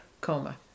coma